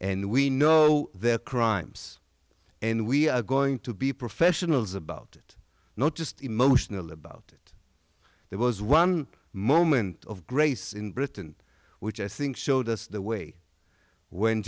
and we know their crimes and we are going to be professionals about it not just emotional about it there was one moment of grace in britain which i think showed us the way when